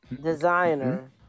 Designer